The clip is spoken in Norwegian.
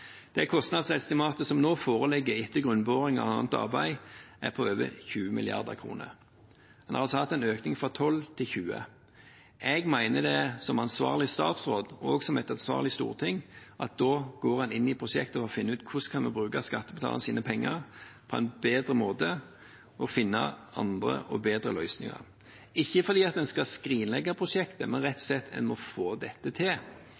Det kostnadsestimatet som nå foreligger, etter grunnboring og annet arbeid, er på over 20 mrd. kr. En har altså hatt en økning fra 12 mrd. kr til 20 mrd. kr. Jeg mener at som ansvarlig statsråd, og som et ansvarlig storting, går vi da inn i prosjektet for å finne ut hvordan vi kan bruke skattebetalernes penger på en bedre måte og finne andre og bedre løsninger – ikke fordi vi skal skrinlegge prosjektet, men rett og slett fordi vi må få dette til.